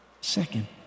Second